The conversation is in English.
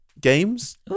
games